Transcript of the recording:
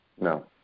no